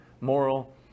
moral